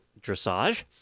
dressage